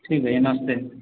ठीक भैया नमस्ते